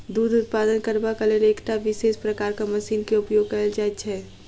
दूध उत्पादन करबाक लेल एकटा विशेष प्रकारक मशीन के उपयोग कयल जाइत छै